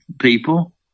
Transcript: people